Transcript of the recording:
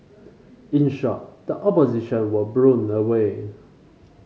in short the Opposition was blown away